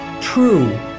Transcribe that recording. true